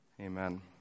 Amen